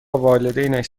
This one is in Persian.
والدینش